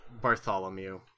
Bartholomew